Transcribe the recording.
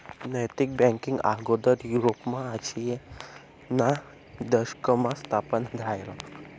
नैतिक बँकींग आगोदर युरोपमा आयशीना दशकमा स्थापन झायं